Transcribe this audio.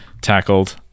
tackled